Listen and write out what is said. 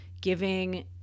giving